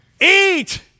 eat